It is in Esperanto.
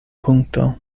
punkto